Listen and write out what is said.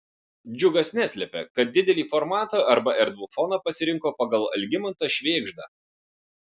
džiugas neslepia kad didelį formatą arba erdvų foną pasirinko pagal algimantą švėgždą